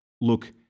look